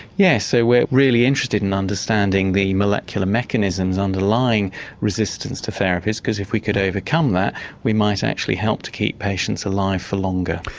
yes, so we're really interested in understanding the molecular mechanisms underlying resistance to therapies because if we could overcome that we might actually help to keep patients alive for longer.